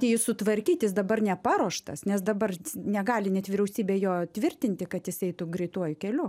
jį sutvarkyt jis dabar neparuoštas nes dabar negali net vyriausybė jo tvirtinti kad jis eitų greituoju keliu